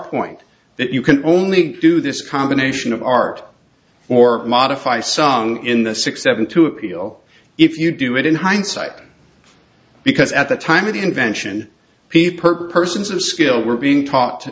point that you can only do this combination of art or modify sung in the six seven to appeal if you do it in hindsight because at the time of the invention p per persons of skill were being taught